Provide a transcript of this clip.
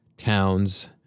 towns